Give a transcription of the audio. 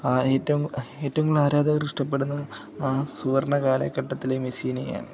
ആ ഏറ്റവും ഏറ്റവും കൂടുതൽ ആരാധകർ ഇഷ്ടപ്പെടുന്ന ആ സുവർണ്ണ കാലഘട്ടത്തിലെ മെസീനെയാണ്